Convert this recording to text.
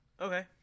okay